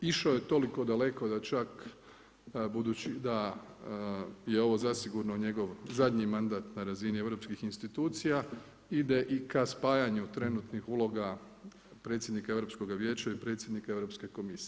Išao je toliko daleko da čak budući da je ovo zasigurno njegov zadnji mandat na razini europskih institucija ide i ka spajanju trenutnih uloga predsjednika Europskoga vijeća i predsjednika Europske komisije.